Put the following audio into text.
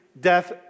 death